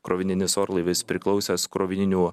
krovininis orlaivis priklausęs krovinių